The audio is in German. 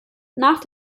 nach